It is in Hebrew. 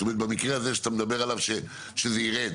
זאת אומרת במקרה הזה שאתה מדבר עליו שזה ירד.